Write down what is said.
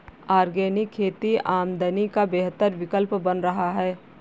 organic खेती आमदनी का बेहतर विकल्प बन रहा है